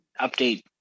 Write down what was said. Update